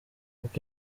uko